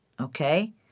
okay